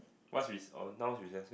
what's re~ oh now is recess